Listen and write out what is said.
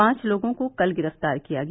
पांच लोगों को कल गिरफ्तार किया गया